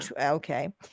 Okay